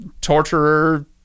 torturer